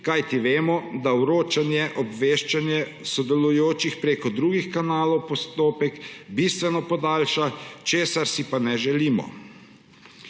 kajti vemo, da vročanje, obveščanje sodelujočih prek drugih kanalov postopek bistveno podaljša, česar si pa ne želimo.